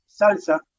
salsa